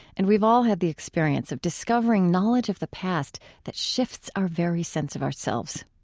and we've all had the experience of discovering knowledge of the past that shifts our very sense of ourselves.